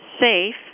SAFE